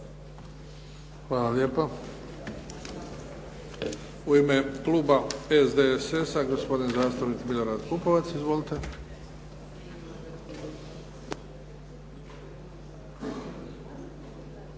Hvala lijepa. U ime kluba SDSS-a gospodin zastupnik Milorad Pupovac. Izvolite.